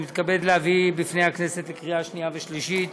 אני מתכבד להביא בפני הכנסת לקריאה שנייה ושלישית